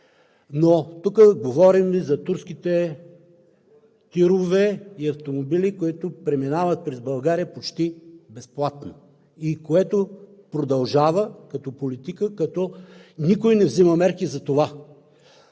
Но тук говорим за турските тирове и автомобили, които преминават през България почти безплатно и което продължава като политика, като никой не взема мерки за това.